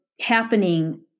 happening